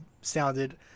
sounded